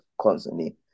constantly